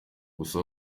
gusa